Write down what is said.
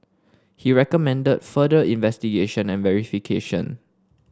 he recommended further investigation and verification